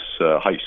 heist